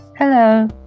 Hello